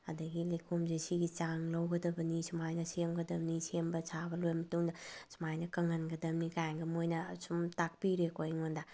ꯑꯗꯒꯤ ꯂꯩꯈꯣꯝꯖꯤ ꯁꯤꯒꯤ ꯆꯥꯡ ꯂꯧꯒꯗꯕꯅꯤ ꯁꯨꯃꯥꯏꯅ ꯁꯦꯝꯒꯗꯕꯅꯤ ꯁꯦꯝꯕ ꯁꯥꯕ ꯂꯣꯏꯔ ꯃꯇꯨꯡꯗ ꯁꯨꯃꯥꯏꯅ ꯀꯪꯍꯟꯒꯗꯕꯅꯤ ꯀꯥꯏꯅꯒ ꯃꯣꯏꯅ ꯁꯨꯝ ꯇꯥꯛꯄꯤꯔꯦꯀꯣ ꯑꯩꯉꯣꯟꯗ